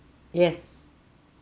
yes